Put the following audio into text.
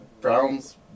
Browns